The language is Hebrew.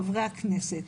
חברי הכנסת,